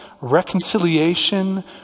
reconciliation